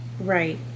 Right